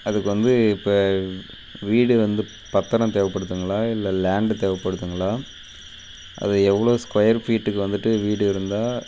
அதுக்கு வந்து இப்போ வீடு வந்து பத்திரம் தேவைப்படுதுங்களா இல்லை லேண்டு தேவைப்படுதுங்களா அது எவ்வளோ ஸ்கொயர் ஃபீட்டுக்கு வந்துவிட்டு வீடு இருந்தால்